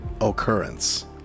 Occurrence